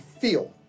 feel